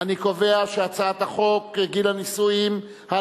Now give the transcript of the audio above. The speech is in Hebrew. הצעת חוק גיל הנישואין (תיקון,